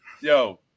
yo